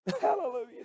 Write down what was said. Hallelujah